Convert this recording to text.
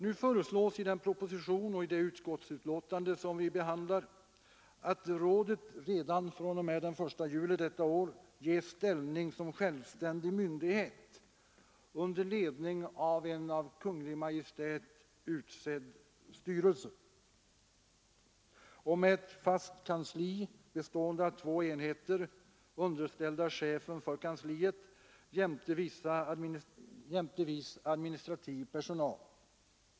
Nu föreslås i den proposition och det utskottsbetänkande som vi nu behandlar, att rådet redan fr.o.m. den 1 juli detta år ges ställning som självständig myndighet under ledning av en av Kungl. Maj:t utsedd styrelse och med fast kansli bestående av två enheter, underställda chefen för kansliet, jämte viss administrativ personal.